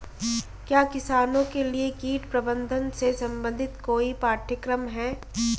क्या किसानों के लिए कीट प्रबंधन से संबंधित कोई पाठ्यक्रम है?